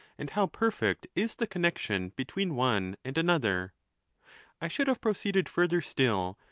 and how perfect is the connexion between one and another i should have proceeded further still,